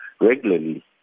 regularly